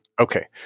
Okay